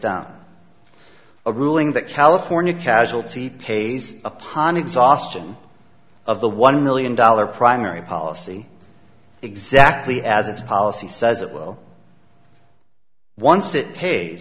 down a ruling that california casualty pays upon exhaustion of the one million dollar primary policy exactly as its policy says it will once it